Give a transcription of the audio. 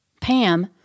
Pam